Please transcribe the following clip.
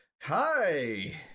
hi